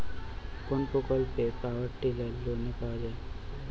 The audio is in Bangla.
কোন প্রকল্পে পাওয়ার টিলার লোনে পাওয়া য়ায়?